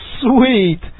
Sweet